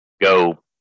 go